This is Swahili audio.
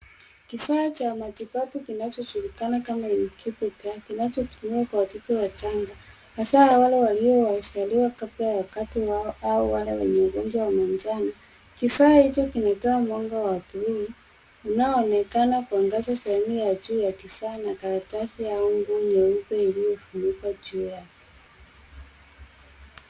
Kifaa cha matibabu kinachojulikana kama incubator kinachotumiwa kwa watoto wachanga. Hasa wale waliozaliwa kabla ya wakati wao au wale wenye ugonjwa wa manjano. Kifaa hicho kimetoa mwanga wa buluu unaonekana kuangaza sehemu ya juu ya kifaa na karatasi au nguo nyeupe iliyofunikwa juu yake.